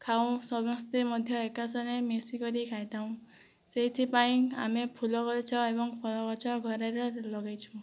ଖାଉ ସମସ୍ତେ ମଧ୍ୟ ଏକା ସାଙ୍ଗରେ ମିଶିକରି ଖାଇଥାଉ ସେଇଥିପାଇଁ ଆମେ ଫୁଲଗଛ ଏବଂ ଫଳଗଛ ଘରରେ ଲଗାଇଛୁ